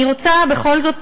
אני רוצה בכל זאת,